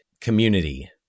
community